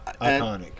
Iconic